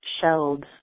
shelled